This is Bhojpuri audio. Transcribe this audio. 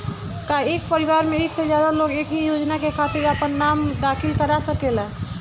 का एक परिवार में एक से ज्यादा लोग एक ही योजना के खातिर आपन नाम दाखिल करा सकेला?